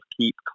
keep